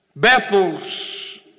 Bethel's